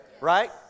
right